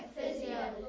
physio